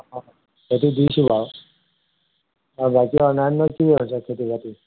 অঁ খেতি দিছোঁ বাও আৰু বাকী অন্যান্য কি হৈছে খেতি বাতি